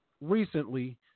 recently